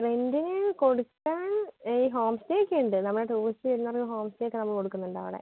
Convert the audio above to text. റെൻറ്റിന് കൊടുക്കാൻ ഈ ഹോം സ്റ്റേയൊക്കെ ഉണ്ട് നമ്മുടെ ടൂറിസ്റ്റ് വരുന്നവർക്ക് ഹോം സ്റ്റേയൊക്കെ നമ്മൾ കൊടുക്കുന്നുണ്ടവിടെ